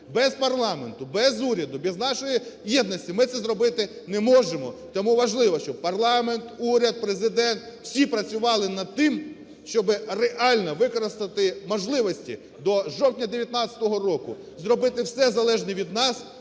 Без парламенту, без уряду, без нашої єдності ми це зробити не можемо. Тому важливо, щоб парламент, уряд, Президент – всі працювали над тим, щоб реально використати можливості до жовтня 19-го року зробити все залежне від нас,